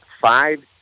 Five